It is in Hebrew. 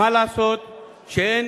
מה לעשות שאין